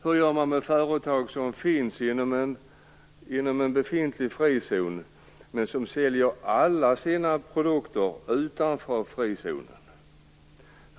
Hur gör man med företag som finns inom en befintlig frizon, men som säljer alla sina produkter utanför frizonen?